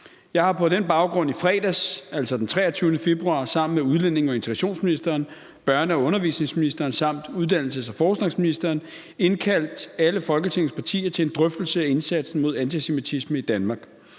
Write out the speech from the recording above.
Jeg har på den baggrund i fredags, altså den 23. februar, sammen med udlændinge- og integrationsministeren, børne- og undervisningsministeren samt uddannelses og forskningsministeren indkaldt alle Folketingets partier til en drøftelse af indsatsen mod antisemitisme i Danmark.